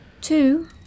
Two